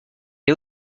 est